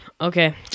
Okay